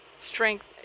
strength